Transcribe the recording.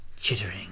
Chittering